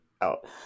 out